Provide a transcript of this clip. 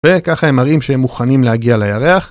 וככה הם מראים שהם מוכנים להגיע לירח